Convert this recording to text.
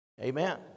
Amen